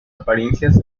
apariencias